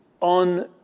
on